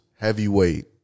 heavyweight